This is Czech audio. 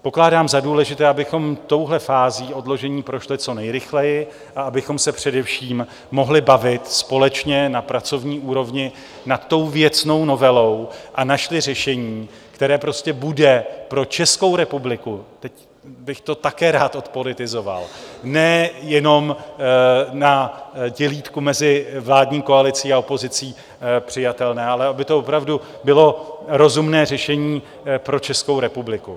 Pokládám za důležité, abychom touhle fází odložení prošli co nejrychleji a abychom se především mohli bavit společně na pracovní úrovni nad věcnou novelou a našli řešení, které bude pro Českou republiku teď bych to také rád odpolitizoval nejenom na dělítku mezi vládní koalicí a opozicí přijatelné, ale aby to opravdu bylo rozumné řešení pro Českou republiku.